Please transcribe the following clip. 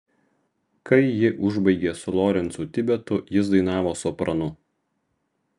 kai ji užbaigė su lorencu tibetu jis dainavo sopranu